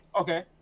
Okay